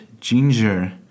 ginger